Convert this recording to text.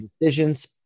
decisions